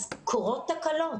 אז קורות תקלות